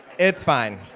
it's fine.